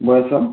ବୟସ